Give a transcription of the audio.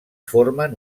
formen